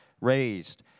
raised